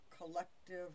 collective